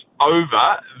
over